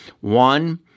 One-